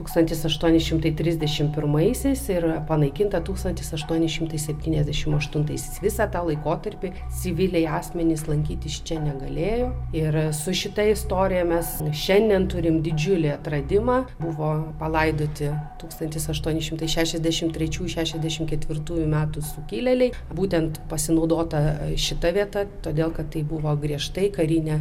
tūkstantis aštuoni šimtai trisdešimt pirmaisiais ir panaikinta tūkstantis aštuoni šimtai septyniasdešimt aštuntaisiais visą tą laikotarpį civiliai asmenys lankytis čia negalėjo ir su šita istorija mes šiandien turim didžiulį atradimą buvo palaidoti tūkstantis aštuoni šimtai šešiasdešimt trečiųjų šešiasdešimt ketvirtųjų metų sukilėliai būtent pasinaudota šita vieta todėl kad tai buvo griežtai karinė